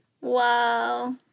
Wow